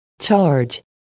charge